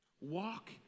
Walk